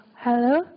hello